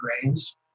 grains